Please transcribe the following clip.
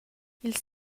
ils